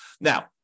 Now